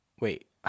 wait